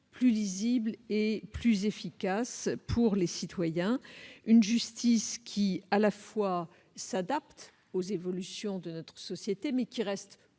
plus lisible et plus efficace pour les citoyens, une justice qui s'adapte aux évolutions de notre société tout en restant